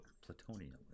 plutonium